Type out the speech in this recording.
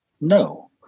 No